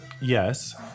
Yes